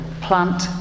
plant